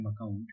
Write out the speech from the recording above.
account